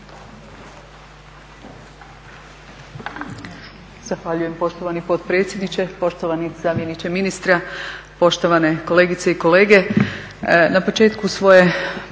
Zahvaljujem poštovani potpredsjedniče, poštovani zamjeniče ministra, poštovane kolegice i kolege.